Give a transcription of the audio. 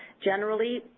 generally,